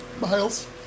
Miles